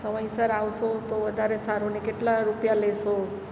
સમયસર આવશો તો વધારે સારું ને કેટલા રૂપિયા લેશો